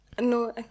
no